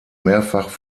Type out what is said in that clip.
mehrfach